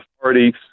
authorities